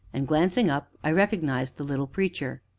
and, glancing up, i recognized the little preacher.